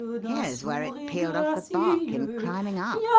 here's where it peeled off the bark in climbing up.